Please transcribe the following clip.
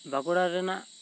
ᱵᱟᱸᱠᱩᱲᱟ ᱨᱮᱱᱟᱜ